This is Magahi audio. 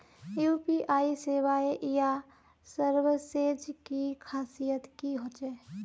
यु.पी.आई सेवाएँ या सर्विसेज की खासियत की होचे?